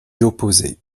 opposer